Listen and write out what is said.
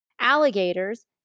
alligators